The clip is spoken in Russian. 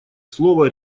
слово